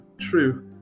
true